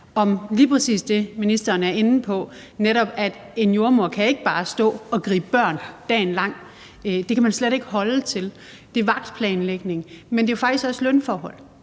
om lige præcis det, ministeren er inde på, netop at en jordemoder ikke bare kan stå og gribe børn dagen lang, det kan man slet ikke holde til. Det er planlægning, men det er jo faktisk også lønforhold.